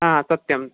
सत्यं